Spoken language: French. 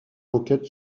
enquête